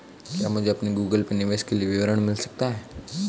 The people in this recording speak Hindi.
क्या मुझे अपने गूगल पे निवेश के लिए विवरण मिल सकता है?